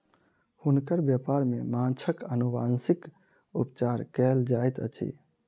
हुनकर व्यापार में माँछक अनुवांशिक उपचार कयल जाइत अछि